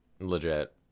Legit